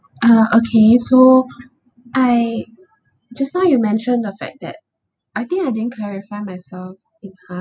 uh okay so I just now you mentioned the fact that I think I didn't clarify myself because